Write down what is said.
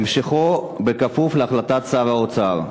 המשכו כפוף להחלטת שר האוצר.